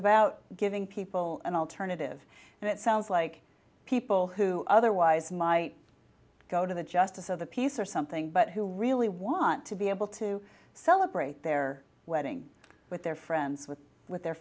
about giving people an alternative and it sounds like people who otherwise might go to the justice of the peace or something but who really want to be able to celebrate their wedding with their friends with with their